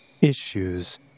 issues